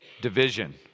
division